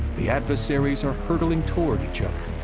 the adversaries are hurtling toward each other